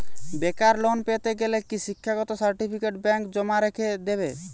বেকার লোন পেতে গেলে কি শিক্ষাগত সার্টিফিকেট ব্যাঙ্ক জমা রেখে দেবে?